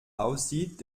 aussieht